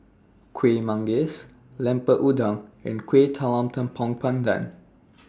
Kueh Manggis Lemper Udang and Kuih Talam Tepong Pandan